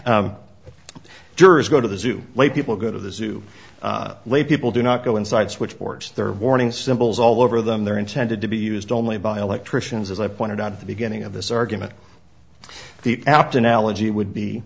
jurors go to the zoo late people go to the zoo late people do not go inside switchboards there are warning symbols all over them they're intended to be used only by electricians as i pointed out at the beginning of this argument the apt analogy would be